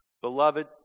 Beloved